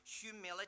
humility